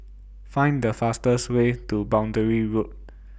Find The fastest Way to Boundary Road